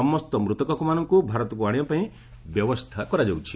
ସମସ୍ତ ମୃତକମାନଙ୍କୁ ଭାରତକୁ ଆଣିବା ପାଇଁ ବ୍ୟବସ୍ଥା କରାଯାଉଛି